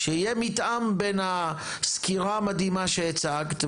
שיהיה מתאם בין הסקירה המדהימה שהצגת,